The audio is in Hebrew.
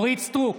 אורית מלכה סטרוק,